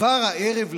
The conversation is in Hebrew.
כבר הערב,